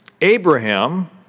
Abraham